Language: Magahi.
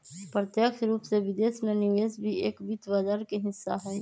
प्रत्यक्ष रूप से विदेश में निवेश भी एक वित्त बाजार के हिस्सा हई